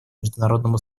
международному